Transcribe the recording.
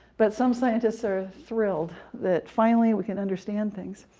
but some scientists are thrilled that finally we can understand things.